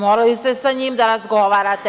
Morali ste sa njim da razgovarate.